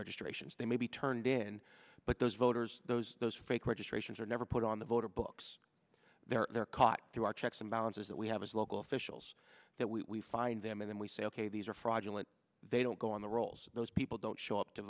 registrations they may be turned in but those voters those those fake registrations are never put on the voter books they're they're caught through our checks and balances that we have as local officials that we find them and then we say ok these are fraudulent they don't go on the rolls those people don't show up to